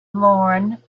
lorne